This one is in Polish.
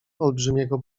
olbrzymiego